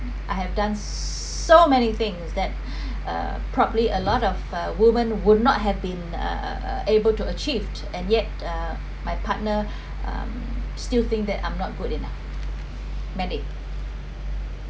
I have done so many things that uh probably a lot of uh woman would not have been uh uh uh able to achieved and yet uh my partner um still think that I'm not good enough mandy